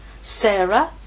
Sarah